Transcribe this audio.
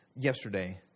Yesterday